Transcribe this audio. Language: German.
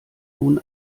nun